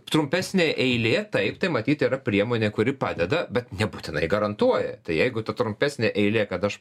trumpesnė eilė taip tai matyt yra priemonė kuri padeda bet nebūtinai garantuoja tai jeigu ta trumpesnė eilė kad aš